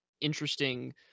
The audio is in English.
interesting